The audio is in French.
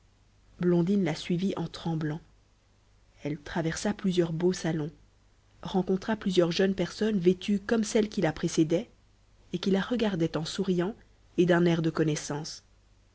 blondine la suivit en tremblant elle traversa plusieurs beaux salons rencontra plusieurs jeunes personnes vêtues comme celle qui la précédait et qui la regardaient en souriant et d'un air de connaissance